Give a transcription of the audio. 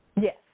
Yes